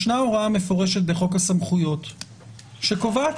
ישנה הוראה מפורשת בחוק הסמכויות שקובעת